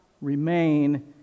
remain